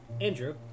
Andrew